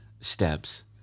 steps